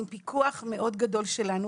עם פיקוח גדול מאוד שלנו.